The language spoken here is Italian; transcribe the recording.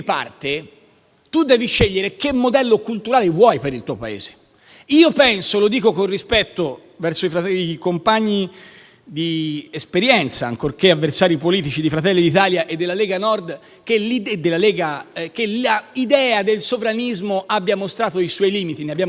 si deve scegliere il modello culturale che si vuole per il Paese. Io penso - lo dico con rispetto verso i compagni di esperienza, ancorché avversari politici, di Fratelli d'Italia e della Lega - che l'idea del sovranismo abbia mostrato i suoi limiti e ne abbiamo già parlato.